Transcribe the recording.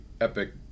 epic